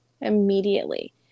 Immediately